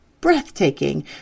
breathtaking